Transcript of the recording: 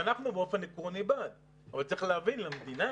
אנחנו באופן עקרוני בעד אבל צריך להבין שלמדינה